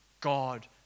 God